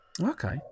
Okay